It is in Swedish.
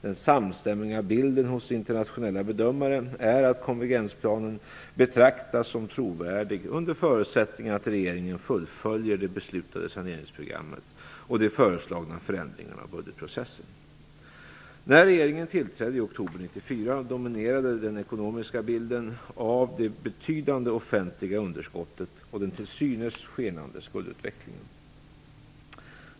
Den samstämmiga bilden hos internationella bedömare är att konvergensplanen betraktas som trovärdig under förutsättning att regeringen fullföljer det beslutade saneringsprogrammet och de föreslagna förändringarna av budgetprocessen. När regeringen tillträdde i oktober 1994 dominerades den ekonomiska bilden av det betydande offentliga underskottet och den till synes skenande skuldutvecklingen.